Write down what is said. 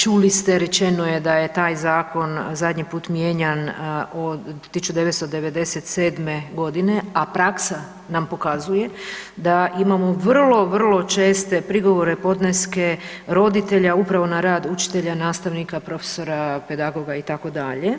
Čuli ste rečeno je da je taj zakon zadnji put mijenjan od 1997. godine, a praksa nam pokazuje da imamo vrlo, vrlo česte prigovore, podneske roditelja upravo na rad učitelja, nastavnika, profesora, pedagoga itd.